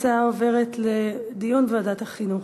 ההצעה עוברת לדיון בוועדת החינוך.